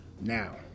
Now